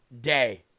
day